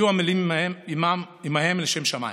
יהיו עמלים עימהם לשם שמיים,